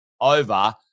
over